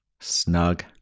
snug